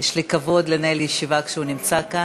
יש לי הכבוד לנהל ישיבה כשהוא נמצא כאן.